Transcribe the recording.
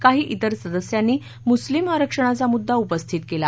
काही इतर सदस्यांनी मुस्लिम आरक्षणाचा मुद्दा उपस्थित केला